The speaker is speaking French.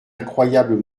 incroyable